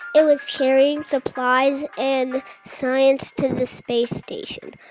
it was carrying supplies and science to the space station.